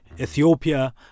Ethiopia